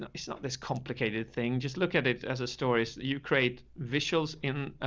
and it's ah this complicated thing. just look at it as a story. you create visuals in,